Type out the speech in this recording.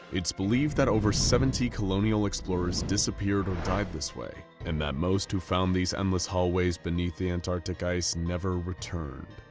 it's believed that over seventy colonial explorers disappeared or died this way and that most who found these endless hallways beneath the antarctic ice never returned.